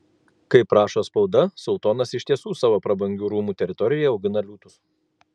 kaip rašo spauda sultonas iš tiesų savo prabangių rūmų teritorijoje augina liūtus